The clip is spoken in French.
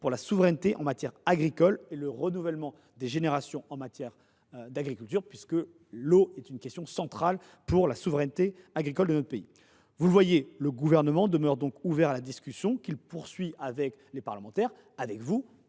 pour la souveraineté en matière agricole et le renouvellement des générations en agriculture. L’eau est une question centrale pour la souveraineté agricole de notre pays. Le Gouvernement demeure donc ouvert à la discussion, qu’il poursuit avec les parlementaires, avec vous